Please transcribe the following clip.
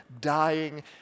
dying